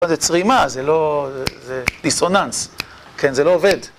זה צרימה, זה לא... זה dissonance, כן? זה לא עובד.